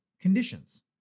conditions